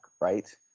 right